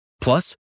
Plus